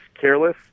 careless